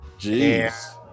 Jeez